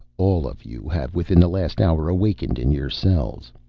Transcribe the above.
all of you have, within the last hour, awakened in your cells.